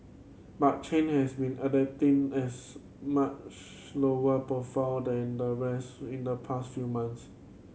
but Chen has been adapting as much lower profile than the rest in the past few months